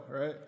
right